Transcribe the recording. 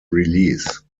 release